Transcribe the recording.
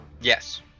Yes